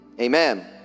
Amen